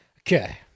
Okay